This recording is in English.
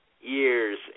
years